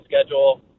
schedule